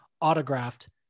autographed